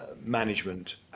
management